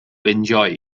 enjoy